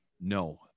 No